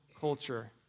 culture